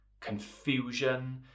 confusion